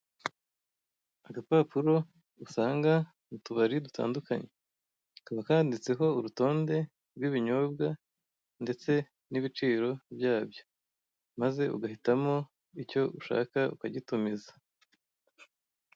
Agapapuro usanga mu tubari dutandukanye. Kaba kanditseho urutonde rw' ibinyobwa ndeste n'ibiciro byabyo, maze ugahitamo icyo ushaka ukagitumiza.